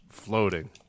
Floating